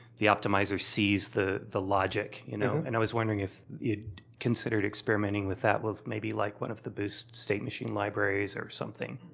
the optimizer sees the the logic, you know, and i was wondering if you'd considered experimenting with that, with may be like one of the boosts state machine libraries or something.